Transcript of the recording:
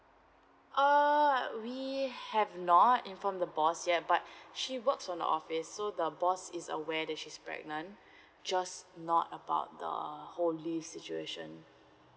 uh we have not inform the boss yet but she works from the office so the boss is aware that she's pregnant just not about the whole leave situation